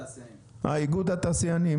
איגוד התעשיינים.